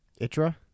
itra